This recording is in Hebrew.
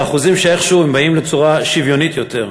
באחוזים שאיכשהו באים לצורה שוויונית יותר.